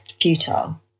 futile